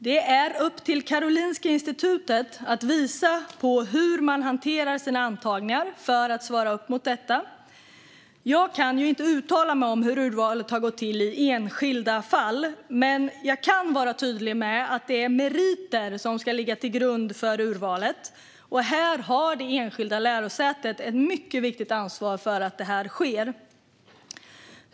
Det är upp till Karolinska institutet att visa på hur man hanterar sina antagningar för att svara upp mot detta. Jag kan inte uttala mig om hur urvalet har gått till i enskilda fall, men jag kan vara tydlig med att det är meriter som ska ligga till grund för urvalet. Här har det enskilda lärosätet ett mycket viktigt ansvar för att det sker.